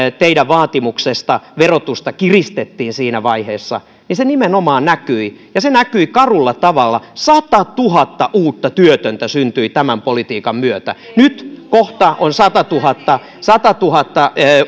teidän vaatimuksestanne verotusta kiristettiin siinä vaiheessa niin se nimenomaan näkyi ja se näkyi karulla tavalla satatuhatta uutta työtöntä syntyi tämän politiikan myötä nyt kohta on satatuhatta satatuhatta